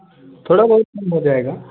थोड़ा बहुत कम हो जाएगा